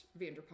Vanderpump